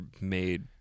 made